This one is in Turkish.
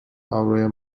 avroya